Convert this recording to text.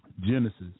Genesis